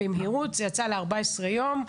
זה יצא ל-14 יום,